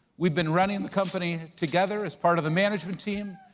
we've been running the company together as part of the management team.